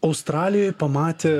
australijoj pamatė